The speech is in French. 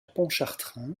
pontchartrain